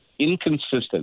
inconsistent